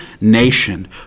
nation